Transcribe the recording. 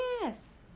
Yes